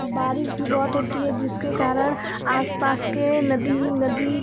बारिश भी बहुत होती है जिसके कारण आस पास के नदी नदी